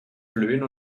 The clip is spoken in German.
flöhen